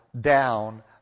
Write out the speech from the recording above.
down